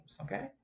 Okay